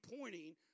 pointing